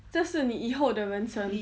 这是你以后的人生